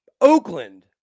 Oakland